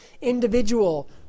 individual